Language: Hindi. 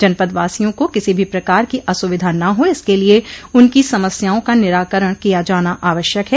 जनपद वासियों को किसी भी प्रकार की असुविधा ना हो इसके लिए उनकी समस्याओं का निराकरण किया जाना आवश्यक है